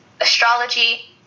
astrology